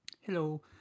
hello